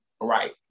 Right